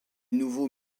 nouveaux